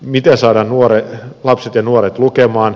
miten saada lapset ja nuoret lukemaan